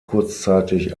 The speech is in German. kurzzeitig